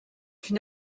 fut